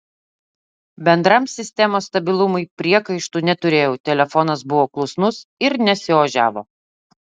bendram sistemos stabilumui priekaištų neturėjau telefonas buvo klusnus ir nesiožiavo